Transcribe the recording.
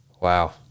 Wow